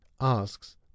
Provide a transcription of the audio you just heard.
asks